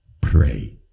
pray